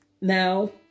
now